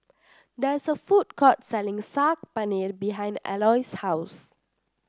there is a food court selling Saag Paneer behind Aloys' house